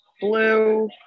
blue